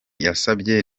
yasabye